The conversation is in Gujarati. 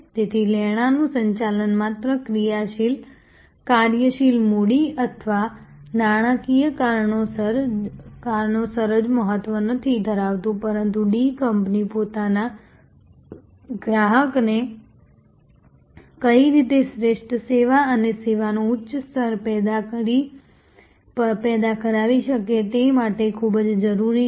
તેથી લેણાં નું સંચાલન માત્ર કાર્યશીલ મૂડી અથવા નાણાકીય કારણોસર જ મહત્વ નથી ધરાવતું પરંતુ ડી કંપની પોતાના ગ્રાહકો ને કઈ રીતે શ્રેષ્ઠ સેવા અને સેવા નું ઊંચું સ્તર પેદા કરાવી શકે તે માટે ખૂબ પણ જ જરૂરી છે